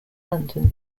london